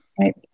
right